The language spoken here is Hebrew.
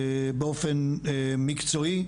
באופן מקצועי.